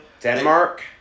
Denmark